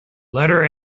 letter